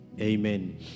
Amen